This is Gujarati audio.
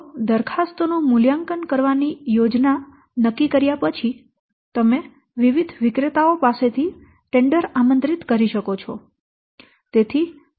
તો દરખાસ્તો નું મૂલ્યાંકન કરવાની યોજના નક્કી કર્યા પછી તમે વિવિધ વિક્રેતાઓ પાસેથી ટેન્ડર આમંત્રિત કરી શકો છો